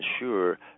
ensure